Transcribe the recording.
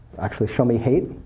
actually, show me hate,